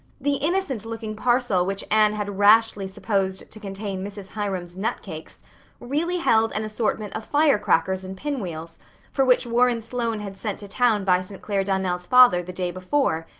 the innocent looking parcel which anne had rashly supposed to contain mrs. hiram's nut cakes really held an assortment of firecrackers and pinwheels for which warren sloane had sent to town by st. clair donnell's father the day before,